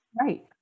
Right